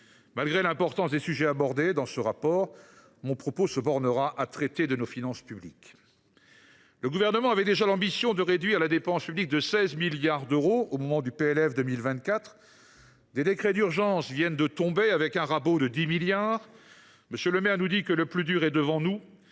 Malgré l’importance des sujets abordés dans ce rapport, mon propos se bornera à traiter de nos finances publiques. Le Gouvernement avait déjà l’ambition de réduire la dépense publique de 16 milliards d’euros avec le PLF 2024, et des décrets d’urgence viennent de tomber, avec un coup de rabot de 10 milliards d’euros. M. Le Maire nous dit que le plus dur est devant nous